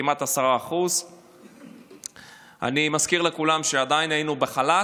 כמעט 10%. אני מזכיר לכולם שעדיין היינו בחל"ת,